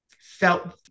felt